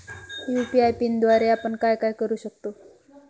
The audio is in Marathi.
यू.पी.आय पिनद्वारे आपण काय काय करु शकतो?